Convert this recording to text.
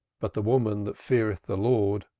but the woman that feareth the lord,